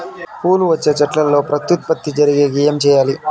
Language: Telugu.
పూలు వచ్చే చెట్లల్లో ప్రత్యుత్పత్తి జరిగేకి ఏమి చేయాలి?